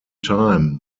time